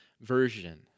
Version